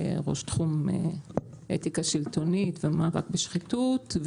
ראש תחום אתיקה שלטונית ומאבק בשחיתות,